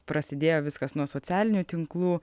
prasidėjo viskas nuo socialinių tinklų